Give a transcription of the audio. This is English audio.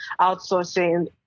outsourcing